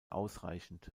ausreichend